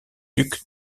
duc